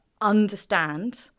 understand